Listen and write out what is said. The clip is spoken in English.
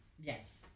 Yes